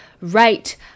right